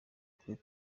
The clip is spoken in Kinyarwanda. kuri